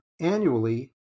annually